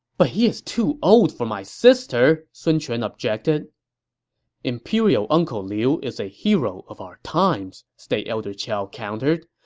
but he is too old for my sister, sun quan objected imperial uncle liu is a hero of our times, state elder qiao countered,